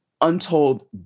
untold